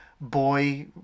boy